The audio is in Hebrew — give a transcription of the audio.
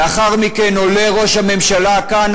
לאחר מכן עולה ראש הממשלה כאן,